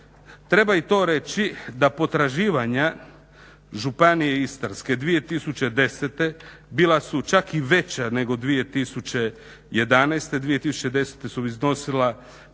Treba i to reći da potraživanja Županije Istarske 2010.bila su čak i veća nego 2011., 2010.su iznosila